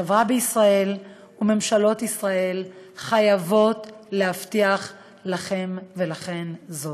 החברה בישראל וממשלות ישראל חייבות להבטיח לכם ולכן זאת.